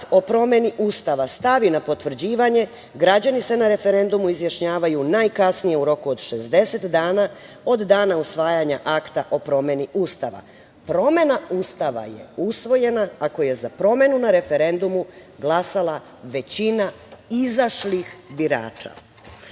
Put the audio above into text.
o promeni Ustava stavi na potvrđivanje, građani se na referendumu izjašnjavaju najkasnije u roku od 60 dana od dana usvajanja akta o promeni Ustava. Promena Ustava je usvojena ako je za promenu na referendumu glasala većina izašlih birača“.Želela